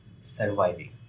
surviving